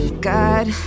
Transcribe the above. God